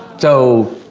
so,